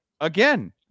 Again